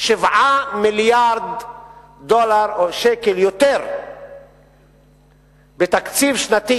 7 מיליארדי דולר, או שקל, יותר בתקציב השנתי